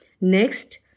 next